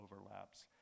overlaps